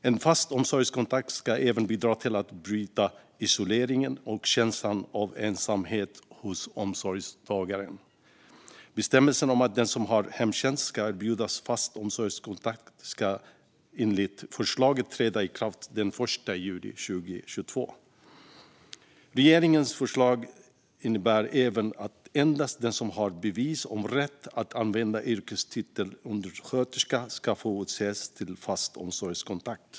En fast omsorgskontakt ska även bidra till att bryta isolering och känsla av ensamhet hos omsorgstagaren. Bestämmelsen om att den som har hemtjänst ska erbjudas fast omsorgskontakt ska enligt förslaget träda i kraft den 1 juli 2022. Regeringens förslag innebär även att endast den som har bevis om rätt att använda yrkestiteln undersköterska ska få utses till fast omsorgskontakt.